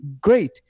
Great